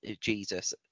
Jesus